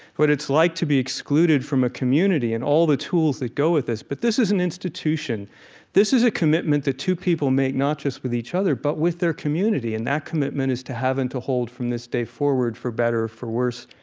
what it's like to be excluded from a community and all the tools that go with this, but this is an institution this is a commitment that two people make, not just with either other, but with their community. and that commitment is to have and to hold from this day forward, for better or for worse,